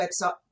website